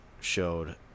showed